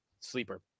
Sleeper